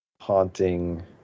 haunting